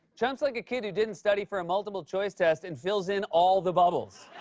trump's like a kid who didn't study for a multiple-choice test and fills in all the bubbles.